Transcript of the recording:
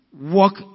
walk